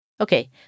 Okay